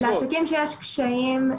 לעסקים שיש קשיים,